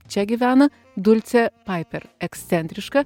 čia gyvena dulcė paiper ekscentriška